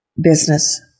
business